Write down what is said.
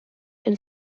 and